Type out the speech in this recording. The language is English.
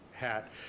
hat